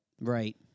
Right